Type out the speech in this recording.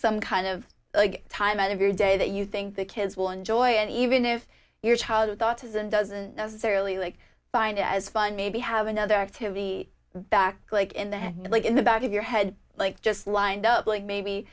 some kind of time out of your day that you think the kids will enjoy it even if your child with autism doesn't necessarily like find as fun maybe have another activity back like in the like in the back of your head like just lined up like maybe